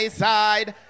side